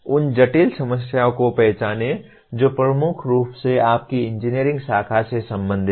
उन जटिल समस्याओं को पहचानें जो प्रमुख रूप से आपकी इंजीनियरिंग शाखा से संबंधित हैं